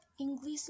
English